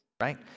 right